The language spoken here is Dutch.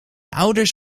ouders